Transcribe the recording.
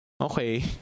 okay